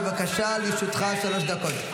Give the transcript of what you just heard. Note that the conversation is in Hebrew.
לרשותך שלוש דקות.